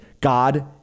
God